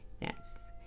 yes